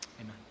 Amen